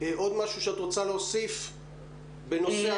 עוד משהו שאת רוצה להוסיף בנושא אחר?